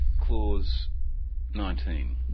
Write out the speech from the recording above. clause nineteen.